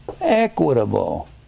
Equitable